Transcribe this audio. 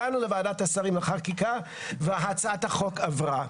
הגענו לוועדת השרים לחקיקה והצעת החוק עברה.